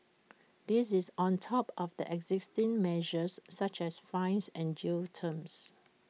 this is on top of existing measures such as fines and jail terms